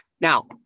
Now